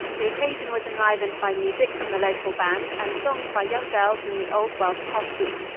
the occasion was enlivened by music from the local band and songs by young girls in the old welsh costume.